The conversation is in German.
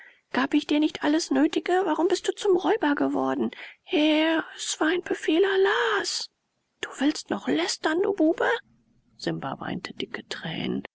gab ich dir nicht alles nötige warum bist du zum räuber geworden herr es war ein befehl allahs du willst noch lästern du bube simba weinte dicke tränen